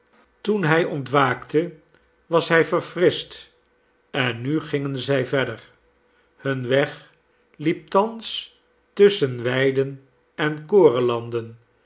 toen hij ontwaakte was hij verfrischt en nu gingen zij verder hun weg liep thans tusschen weiden en